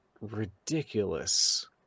ridiculous